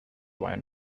wine